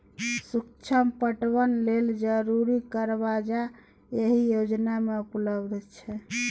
सुक्ष्म पटबन लेल जरुरी करजा एहि योजना मे उपलब्ध छै